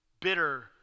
bitter